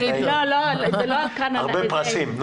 הרבה פרסים.